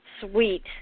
Sweet